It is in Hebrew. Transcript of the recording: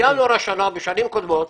בינואר השנה, בשנים קודמות,